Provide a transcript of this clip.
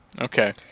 Okay